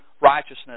righteousness